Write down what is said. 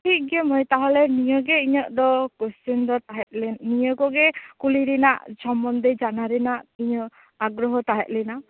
ᱴᱷᱤᱠ ᱜᱮᱭᱟ ᱢᱟᱺᱭ ᱛᱟᱦᱚᱞᱮ ᱱᱤᱭᱟ ᱜᱮ ᱤᱧᱟᱹᱜ ᱫᱚ ᱠᱚᱥᱪᱮᱱ ᱫᱚ ᱛᱟᱦᱮᱸᱞᱮᱱᱟ ᱱᱤᱭᱟᱸᱠᱚᱜᱮ ᱠᱩᱞᱤᱨᱮᱱᱟᱜ ᱥᱚᱢᱵᱚᱱᱫᱷᱮ ᱛᱮ ᱡᱟᱱᱟ ᱨᱮᱱᱟᱜ ᱟᱜᱨᱚᱦᱚ ᱛᱟᱦᱮᱸᱞᱮᱱᱟ ᱛᱚ